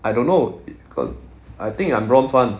I don't know cause I think I'm bronze [one]